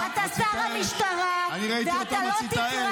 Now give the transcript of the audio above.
--- אתה שר המשטרה, ואתה לא תקרא